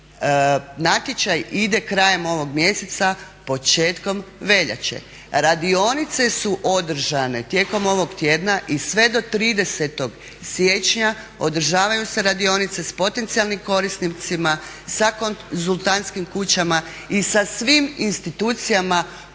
natječaj ide krajem ovog mjeseca, početkom veljače. Radionice su održane tijekom ovog tjedna i sve do 30. siječnja održavaju se radionice s potencijalnim korisnicima, sa konzultantskim kućama i sa svim institucijama